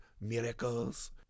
Miracles